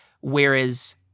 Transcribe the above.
Whereas